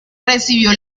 recibió